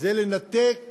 זה לנתק